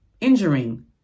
injuring